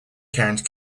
county